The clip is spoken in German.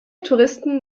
touristen